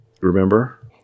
Remember